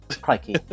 Crikey